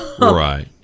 Right